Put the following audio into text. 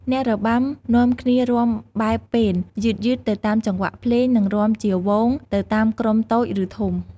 អ្នករបាំនាំគ្នារាំបែបពេន យឺតៗទៅតាមចង្វាក់ភ្លេង និងរាំជាហ្វូងទៅតាមក្រុមតូច ឬធំ ។